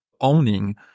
owning